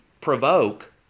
provoke